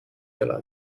elada